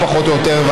פחות או יותר,